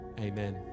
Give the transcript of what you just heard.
amen